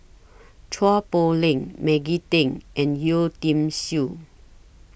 Chua Poh Leng Maggie Teng and Yeo Tiam Siew